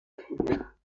kinder